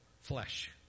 flesh